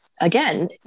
again